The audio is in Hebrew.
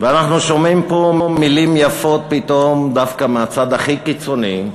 ואנחנו שומעים פה פתאום מילים יפות דווקא מהצד הכי קיצוני,